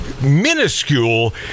minuscule